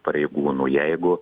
pareigūnų jeigu